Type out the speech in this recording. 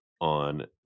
on